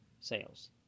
sales